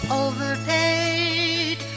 overpaid